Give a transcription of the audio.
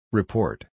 Report